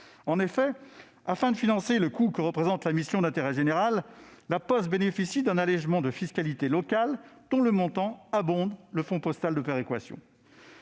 finances. Afin de financer le coût que représente sa mission d'intérêt général, La Poste bénéficie d'un allégement de fiscalité locale, dont le montant abonde le fonds postal de péréquation.